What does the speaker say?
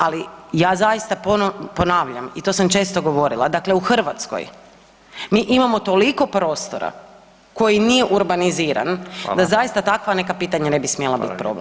Ali ja zaista ponavljam i to sam često govorila dakle u Hrvatskoj mi imamo toliko prostora koji nije urbaniziran [[Upadica: Hvala.]] da zaista takva nekakva pitanja ne bi smjela bit problem.